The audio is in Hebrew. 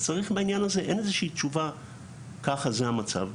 אין בעניין הזה איזושהי תשובה של- זה המצב.